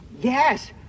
yes